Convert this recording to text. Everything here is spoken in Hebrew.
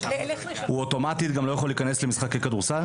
הוא אוטומטית גם לא יכול להיכנס למשחקי כדורסל?